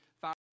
five